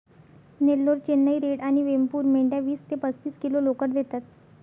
Nellore, Chennai red आणि वेमपूर मेंढ्या वीस ते पस्तीस किलो लोकर देतात